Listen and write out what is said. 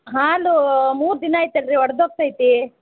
ಹಾಲು ಮೂರು ದಿನ ಆಯಿತಲ್ರಿ ಒಡೆದೋಗ್ತೈತಿ